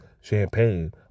champagne